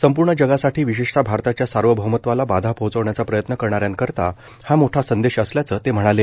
संपूर्ण जगासाठी विशेषतः भारताच्या सार्वभौमत्वाला बाधा पोहोचवण्याचा प्रयत्न करणाऱ्यांकरता हा मोठा संदेश असल्याचं ते म्हणाले